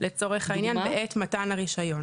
לצורך העניין, בעת מתן הרישיון.